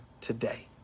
today